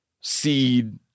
seed